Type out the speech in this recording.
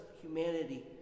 humanity